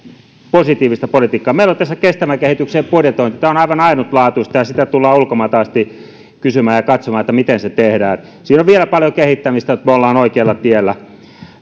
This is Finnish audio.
positiivista politiikkaa meillä on tässä kestävän kehityksen budjetointi tämä on aivan ainutlaatuista ja sitä tullaan ulkomailta asti kysymään ja katsomaan miten se tehdään siinä on vielä paljon kehittämistä mutta me olemme oikealla tiellä